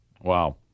Wow